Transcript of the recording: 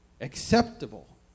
Acceptable